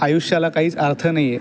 आयुष्याला काहीच अर्थ नाही आहे